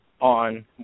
on